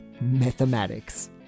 Mathematics